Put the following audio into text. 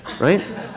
Right